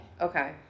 Okay